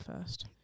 first